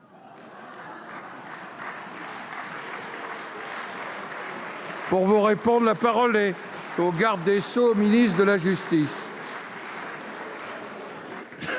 Pour vous répondre, la parole est au garde des Sceaux, ministre de la justice.